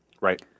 right